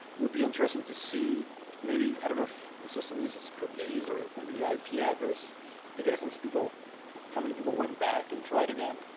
will be interesting to see maybe i don't know if the system uses cookies or maybe i p. address to get a sense of how many people went back and tried again.